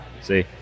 see